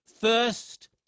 First